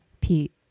Pete